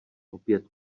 opět